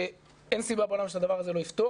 אין סיבה גבעולם שהדבר הזה לא ייפתר,